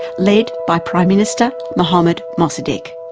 led by prime minister mohammad mossadeq.